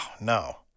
no